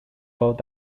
both